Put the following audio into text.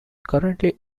currently